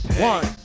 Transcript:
One